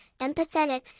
empathetic